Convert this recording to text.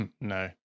No